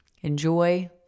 enjoy